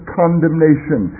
condemnation